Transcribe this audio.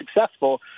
successful